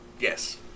yes